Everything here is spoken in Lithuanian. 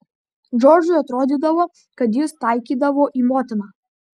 džordžui atrodydavo kad jis taikydavo į motiną